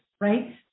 right